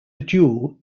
dual